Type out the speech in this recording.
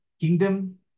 kingdom